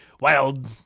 wild